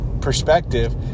perspective